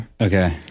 Okay